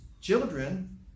children